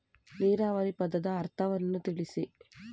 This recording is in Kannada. ನೀರಾವರಿ ಪದದ ಅರ್ಥವನ್ನು ತಿಳಿಸಿ?